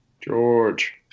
George